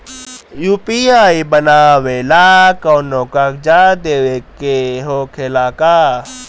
UPI बनावेला कौनो कागजात देवे के होखेला का?